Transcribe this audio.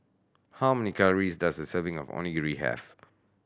how many calories does a serving of Onigiri have